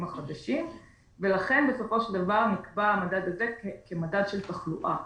החדשים ולכן בסופו של דבר נקבע המדד הזה כמדד של תחלואה.